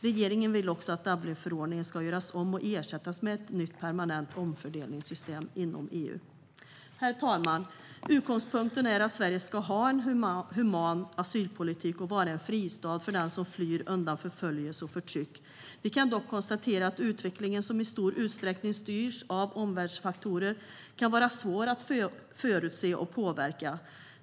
Regeringen vill också att Dublinförordningen ska göras om och ersättas med ett nytt permanent omfördelningssystem i EU. Herr talman! Utgångspunkten är att Sverige ska ha en human asylpolitik och vara en fristad för den som flyr undan förföljelse och förtryck. Vi kan dock konstatera att utvecklingen, som i stor utsträckning styrs av omvärldsfaktorer, kan vara svår att förutse och påverka.